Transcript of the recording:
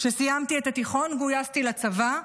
כשסיימתי את התיכון, גויסתי לצבא,